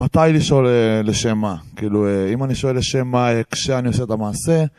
מתי לשאול "לשם מה?"?, כאילו, אם אני שואל "לשם מה?", כשאני עושה את המעשה...?